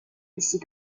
décide